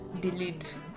delete